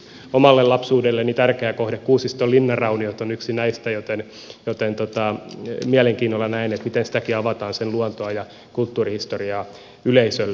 omalle lapsuudelleni tärkeä kohde kuusiston linnanrauniot on yksi näistä joten mielenkiinnolla näen miten sitäkin avataan sen luontoa ja kulttuurihistoriaa yleisölle